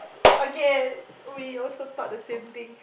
okay we also thought the same thing